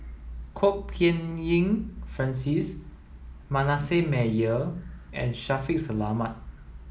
Kwok Peng Kin Francis Manasseh Meyer and Shaffiq Selamat